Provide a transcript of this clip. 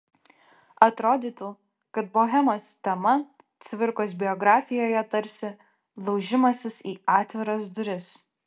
atrodytų kad bohemos tema cvirkos biografijoje tarsi laužimasis į atviras duris